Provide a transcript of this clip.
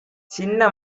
சின்ன